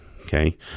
okay